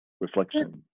Reflection